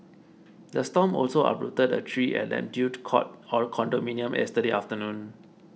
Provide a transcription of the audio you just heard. the storm also uprooted a tree at Neptune Court condominium yesterday afternoon